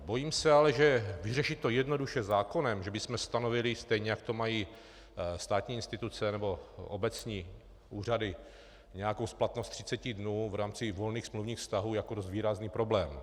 Bojím se ale, že vyřešit to jednoduše zákonem, že bychom stanovili stejně, jako to mají státní instituce nebo obecní úřady, nějakou splatnost 30 dnů v rámci volných smluvních vztahů, by byl dost výrazný problém.